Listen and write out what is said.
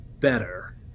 better